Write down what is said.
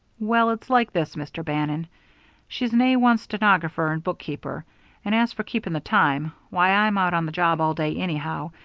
well, it's like this, mr. bannon she's an a one stenographer and bookkeeper and as for keeping the time, why, i'm out on the job all day anyhow,